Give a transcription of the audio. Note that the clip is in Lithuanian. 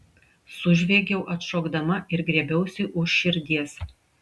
sužviegiau atšokdama ir griebiausi už širdies